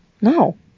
No